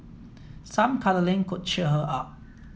some cuddling could cheer her up